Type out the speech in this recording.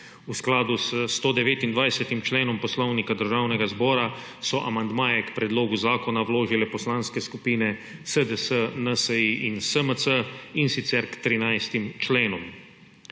V skladu s 129. členom Poslovnika Državnega zbora so amandmaje k predlogu zakona vložile poslanske skupine SDS, NSi in SMC, in sicer k trinajstim